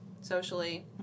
socially